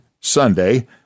Sunday